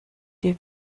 die